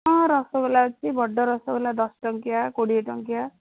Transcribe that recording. ହଁ ରସଗୋଲା ଅଛି ବଡ଼ ରସଗୋଲା ଦଶ ଟଙ୍କିଆ କୋଡ଼ିଏ ଟଙ୍କିଆ